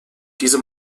diese